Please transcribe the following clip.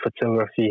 photography